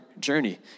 journey